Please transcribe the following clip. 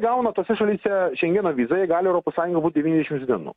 gauna tose šalyse šengeno vizą jie gali europos sąjungoj būt devyniasdešims dienų